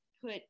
put